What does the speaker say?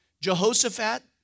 Jehoshaphat